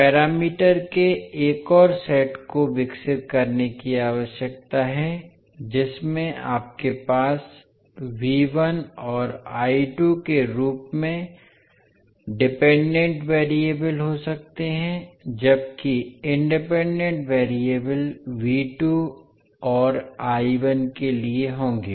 parameter के एक और सेट को विकसित करने की आवश्यकता है जिसमें आपके पास और के रूप में डिपेंडेंट वेरिएबल हो सकते हैं जबकि इंडिपेंडेंट वेरिएबल और के लिए होंगे